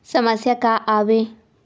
समस्या का आवे?